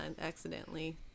accidentally